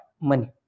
money